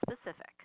specific